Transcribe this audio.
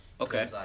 Okay